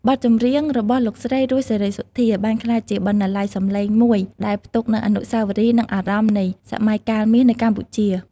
បទចម្រៀងរបស់លោកស្រី រស់ សេរីសុទ្ធា បានក្លាយជា បណ្ណាល័យសំឡេង មួយដែលផ្ទុកនូវអនុស្សាវរីយ៍ និងអារម្មណ៍នៃ "សម័យកាលមាស" នៅកម្ពុជា។